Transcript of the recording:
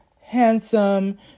handsome